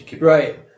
Right